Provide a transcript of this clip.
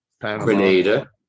Grenada